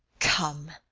come,